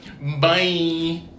Bye